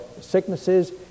sicknesses